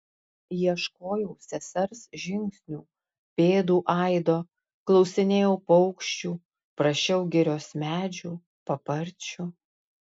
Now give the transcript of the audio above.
ieškojau sesers žingsnių pėdų aido klausinėjau paukščių prašiau girios medžių paparčių